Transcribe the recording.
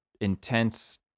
intense